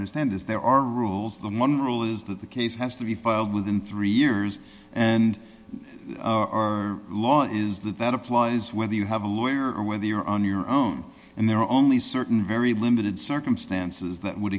your stand is there are rules the one rule is that the case has to be filed within three years and our law is that that applies whether you have a lawyer or whether you're on your own and there are only certain very limited circumstances that would